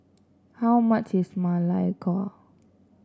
how much is Ma Lai Gao